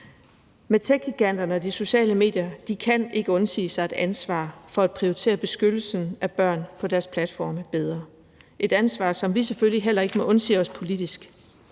Men techgiganterne og de sociale medier kan ikke undsige sig et ansvar for at prioritere beskyttelsen af børn på deres platforme bedre. Det er et ansvar, som vi selvfølgelig heller ikke må undsige os politisk.